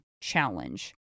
challenge